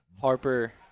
Harper